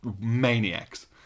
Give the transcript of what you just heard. Maniacs